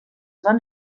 van